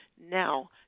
now